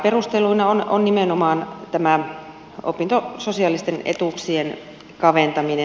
perusteluna on nimenomaan tämä opintososiaalisten etuuksien kaventaminen